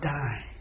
die